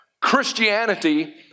Christianity